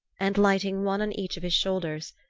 and lighting one on each of his shoulders,